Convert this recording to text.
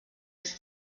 des